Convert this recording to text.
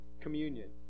communion